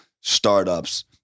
startups